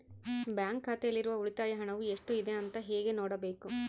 Bank ಖಾತೆಯಲ್ಲಿರುವ ಉಳಿತಾಯ ಹಣವು ಎಷ್ಟುಇದೆ ಅಂತ ಹೇಗೆ ನೋಡಬೇಕು?